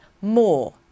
more